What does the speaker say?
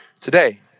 today